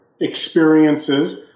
experiences